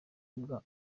bwa